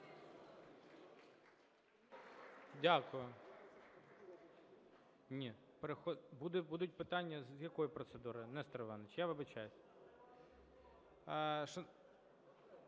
Дякую. Ні, будуть питання. З якої процедури, Нестор Іванович, я вибачаюсь?